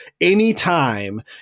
Anytime